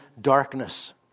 darkness